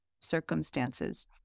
circumstances